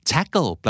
Tackle